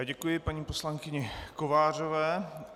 Děkuji paní poslankyni Kovářové.